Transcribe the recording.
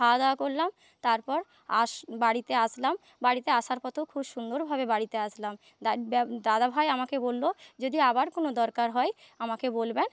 খাওয়া দাওয়া করলাম তারপর বাড়িতে আসলাম বাড়িতে আসার পথেও খুব সুন্দরভাবে বাড়িতে আসলাম দাদাভাই আমাকে বললো যদি আবার কখনও দরকার হয় আমাকে বলবেন